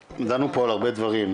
דנו פה על הרבה דברים.